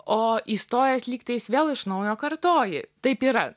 o įstojęs lyg tais vėl iš naujo kartoji taip yra